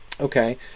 Okay